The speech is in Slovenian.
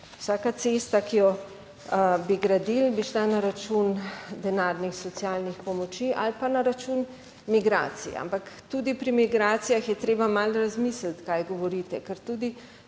Vsaka cesta, ki jo bi gradili, bi šla na račun denarnih socialnih pomoči ali pa na račun migracij, ampak tudi pri migracijah je treba malo razmisliti, kaj govorite, ker tudi